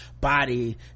body